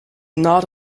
not